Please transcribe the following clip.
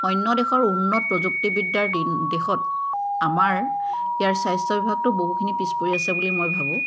অন্য দেশৰ উন্নত প্ৰযুক্তিবিদ্যাৰ দিন দেশত আমাৰ ইয়াৰ স্বাস্থ্য বিভাগটো বহুখিনি পিছ পৰি আছে বুলি মই ভাবোঁ